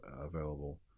available